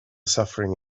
suffering